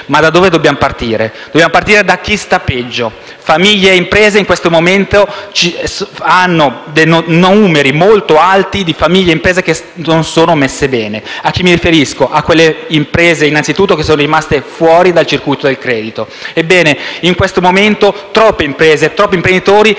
Da dove dobbiamo partire? Dobbiamo partire da chi sta peggio: in questo momento ci sono numeri molto alti di famiglie e imprese che non sono messe bene. Mi riferisco innanzitutto a quelle imprese che sono rimaste fuori dal circuito del credito. Ebbene, in questo momento troppe imprese e troppi imprenditori